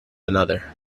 another